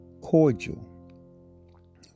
cordial